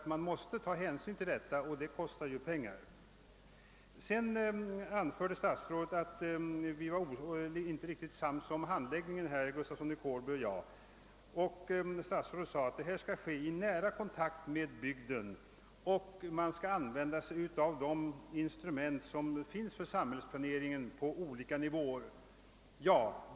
Man måste ta hänsyn till vägnätets upprustning, och den kostar pengar. Statsrådet sade sedan att herr Gustafsson i Kårby och jag inte var sams om handläggningen av planeringsfrågorna, och han framhöll att planeringen skulle genomföras i nära kontakt med bygden och att man skall använda de instrument som finns för samhällsplanering på olika nivåer.